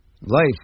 life